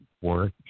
work